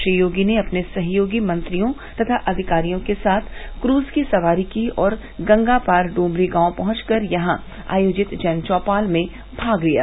श्री योगी ने अपने सहयोगी मंत्रियों तथा अधिकारियों के साथ क्रज की सवारी की और गंगा पार डोमरी गांव पहंच कर यहां आयोजित जन चौपाल में भाग लिया